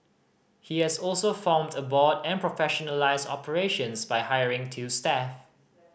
he has also formed a board and professionalised operations by hiring two staff